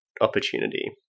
opportunity